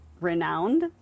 renowned